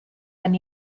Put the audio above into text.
gen